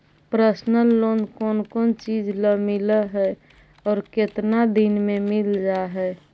Personal loan कोन कोन चिज ल मिल है और केतना दिन में मिल जा है?